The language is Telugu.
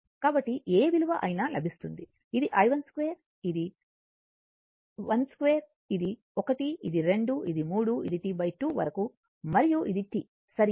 కాబట్టి ఏ విలువ అయినా లభిస్తుంది ఇది i12 ఇది I2 ఇది 1 ఇది 2 3 ఇది T 2 వరకు మరియు ఇది T సరియైనది